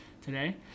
today